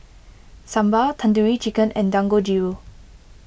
Sambar Tandoori Chicken and Dangojiru